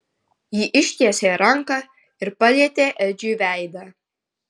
ji ištiesė ranką ir palietė edžiui veidą